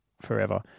forever